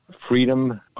freedom